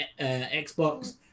Xbox